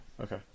okay